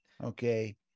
okay